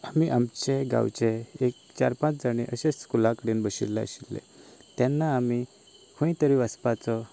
आमी आमचे गांवचे एक चार पांच जाण अशेंच स्कुला कडेन बशिल्ले आशिल्ले तेन्ना आमी खंय तरी वचपाचो